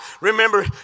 remember